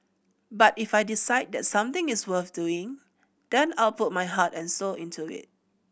but if I decide that something is worth doing then I'll put my heart and soul into it